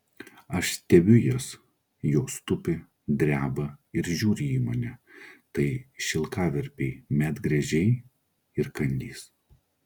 aš stebiu jas jos tupi dreba ir žiūri į mane tai šilkaverpiai medgręžiai ir kandys